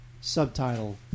subtitle